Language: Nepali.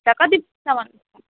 पैसा कति पैसा भन्नुहोस् त